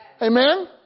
Amen